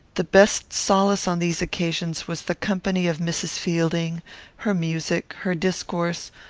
the best solace on these occasions was the company of mrs. fielding her music, her discourse,